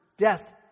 death